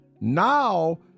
Now